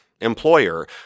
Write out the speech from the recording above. employer